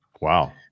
Wow